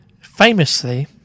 Famously